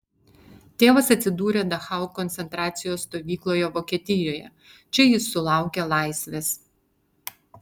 tėvas atsidūrė dachau koncentracijos stovykloje vokietijoje čia jis sulaukė laisvės